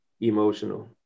emotional